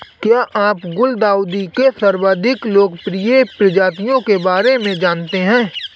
क्या आप गुलदाउदी के सर्वाधिक लोकप्रिय प्रजाति के बारे में जानते हैं?